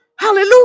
hallelujah